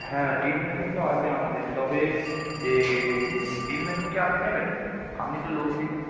হ্যাঁ drill machine তো আছে আমাদের তবে যে ড্রিল মেশিন কি আপনি নেবেন আপনি তো লোক দিয়ে